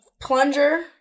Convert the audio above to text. plunger